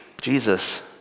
Jesus